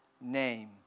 name